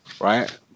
right